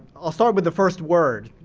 i'll start with the first word,